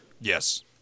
Yes